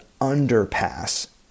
underpass